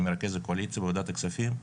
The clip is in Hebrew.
במרכז הקואליציה וועדת הכספים,